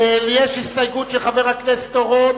יש הסתייגות של חבר הכנסת אורון.